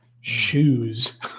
Shoes